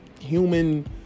human